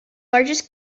largest